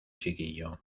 chiquillo